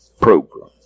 program